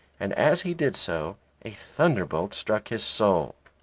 and as he did so a thunderbolt struck his soul.